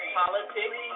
politics